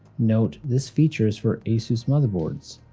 note, this feature is for asus motherboards,